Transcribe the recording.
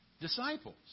disciples